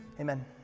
Amen